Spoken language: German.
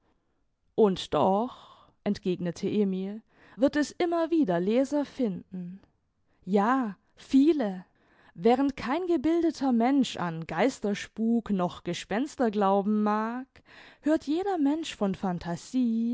und doch entgegnete emil wird es immer wieder leser finden ja viele während kein gebildeter mensch an geisterspuk noch gespenster glauben mag hört jeder mensch von phantasie